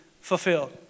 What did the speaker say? fulfilled